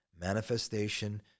manifestation